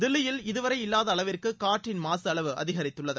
தில்லியில் இதுவரை இல்லாத அளவிற்கு காற்றின் மாசு அளவு அதிகரித்துள்ளது